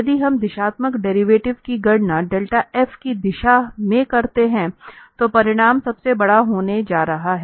यदि हम दिशात्मक डेरिवेटिव की गणना डेल्टा f की दिशा में करते हैं तो परिमाण सबसे बड़ा होने जा रहा है